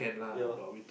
ya